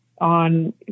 on